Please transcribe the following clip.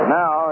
now